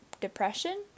depression